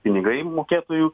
pinigai mokėtojų